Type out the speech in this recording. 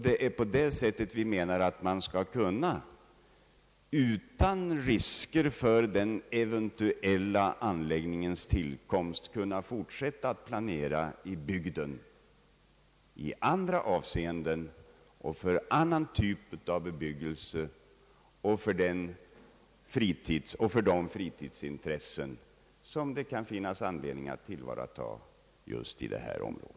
Det är på det sättet vi avser att underlätta för bygden att utan risk kunna fortsätta att planera i andra avseenden och för annan typ av bebyggelse liksom även för de fritidsintressen som det kan finnas anledning att tillvarata just i detta område.